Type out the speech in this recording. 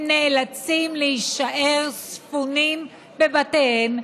הם נאלצים להישאר ספונים בבתיהם,